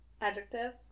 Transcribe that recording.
Adjective